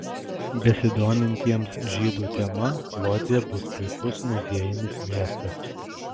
besidomintiems žydų tema lodzė bus puikus muziejinis miestas